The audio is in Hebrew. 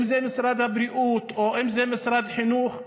אם זה משרד הבריאות ואם זה משרד החינוך,